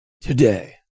Today